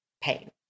pain